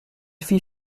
fit